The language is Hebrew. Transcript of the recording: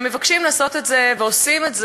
ומבקשים לעשות את זה ועושים את זה,